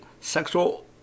sexual